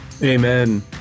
Amen